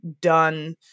done